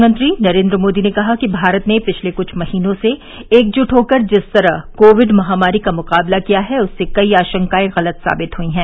प्रधानमंत्री नरेन्द्र मोदी ने कहा कि भारत ने पिछले क्छ महीनों से एकजुट होकर जिस तरह कोविड महामारी का मुकाबला किया है उससे कई आशंकाएं गलत साबित हुई हैं